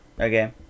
Okay